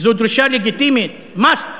וזאת דרישה לגיטימית, must,